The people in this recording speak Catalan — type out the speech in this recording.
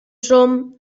som